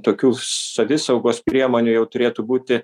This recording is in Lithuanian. tokių savisaugos priemonių jau turėtų būti